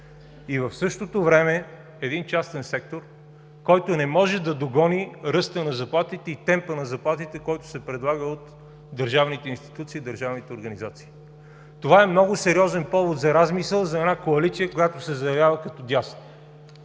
и в същото време един частен сектор, който не може да догони ръста на заплатите и темпа на заплатите, който се предлага от държавните институции и държавните организации. Това е много сериозен повод за размисъл за една коалиция, която се заявява като дясна.